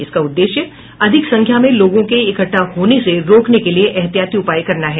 इसका उद्देश्य अधिक संख्या में लोगों के इकट्ठा होने से रोकने के लिए एहतियाती उपाय करना है